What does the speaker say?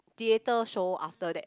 theatre show after that